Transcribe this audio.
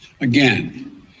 again